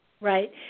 Right